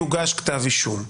יוגש כתב אישום.